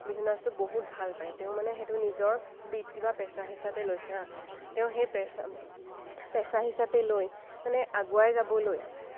বিহুনাচটো বহুত ভাল পায় তেওঁ মানে সেইটো নিজৰ বৃত্তি বা পেচা হিচাপে লৈছে আৰু তেওঁ সেই পেচা পেচা হিচাপে লৈ মানে আগুৱাই যাবলৈ